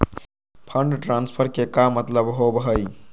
Fund transfer के का मतलब होव हई?